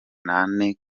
nane